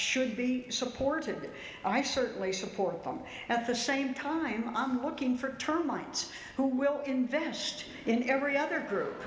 should be supported i certainly support from at the same time i'm looking for termites who will invest in every other g